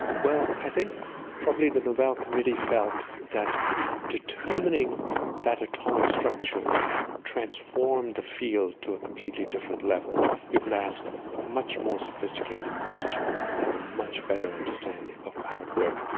well, i think probably the nobel committee felt that determining that atomic structure transformed the field to a completely different level. you could ask much more sophisticated questions and have a much better understanding of how it worked,